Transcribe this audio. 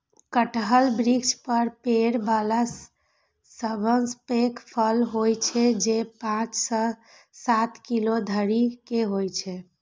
कटहल वृक्ष पर फड़ै बला सबसं पैघ फल होइ छै, जे पांच सं सात किलो धरि के होइ छै